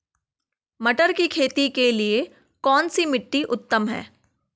मटर की खेती के लिए कौन सी मिट्टी उत्तम है?